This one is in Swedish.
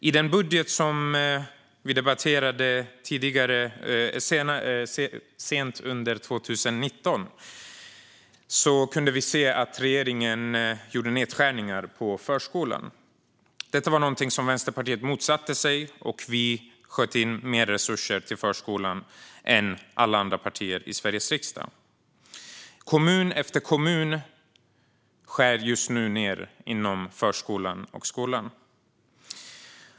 I den budget som vi debatterade sent under 2019 kunde vi se att regeringen gjorde nedskärningar på förskolan. Detta var något som Vänsterpartiet motsatte sig. Vi sköt till mer resurser till förskolan än alla andra partier i Sveriges riksdag. Kommun efter kommun skär just nu ned inom förskolan och skolan.